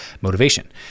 motivation